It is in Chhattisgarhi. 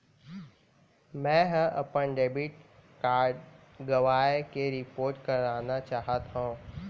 मै हा अपन डेबिट कार्ड गवाएं के रिपोर्ट करना चाहत हव